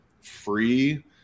free